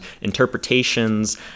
interpretations